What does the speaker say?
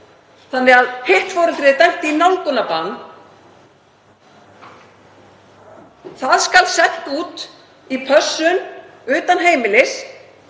þannig að hitt foreldrið er dæmt í nálgunarbann. Barnið skal sent í pössun utan heimilis